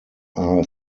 are